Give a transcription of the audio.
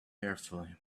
carefully